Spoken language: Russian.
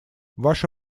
ваше